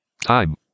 Time